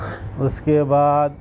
اس کے بعد